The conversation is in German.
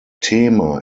thema